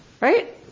Right